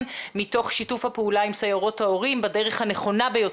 מתוך שיתוף הפעולה עם סיירות ההורים בדרך הנכונה ביותר?